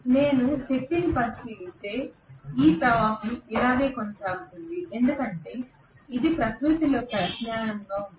నేను శక్తిని పరిశీలిస్తే ఈ ప్రవాహం ఇలాగే కొనసాగుతుంది ఎందుకంటే ఇది ప్రకృతిలో ప్రత్యామ్నాయంగా ఉంటుంది